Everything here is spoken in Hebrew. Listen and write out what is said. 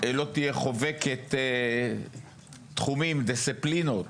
לא תהיה חובקת תחומים ודיסציפלינות